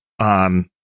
on